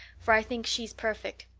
for i think she's perfect.